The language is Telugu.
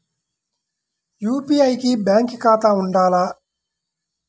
యూ.పీ.ఐ కి బ్యాంక్ ఖాతా ఉండాల?